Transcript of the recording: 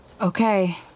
Okay